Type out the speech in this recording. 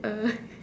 err